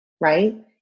right